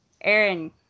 Aaron